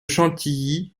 chantilly